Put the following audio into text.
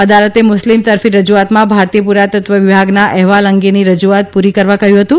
અદાલતે મુસ્લીમ તરફી રજૂઆતમાં ભારતીય પુરાતત્વ વિભાગના અહેવાલ અંગેની રજૂઆત પુરી કરવા કહ્યું હતું